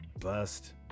bust